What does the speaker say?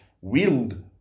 wield